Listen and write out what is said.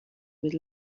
with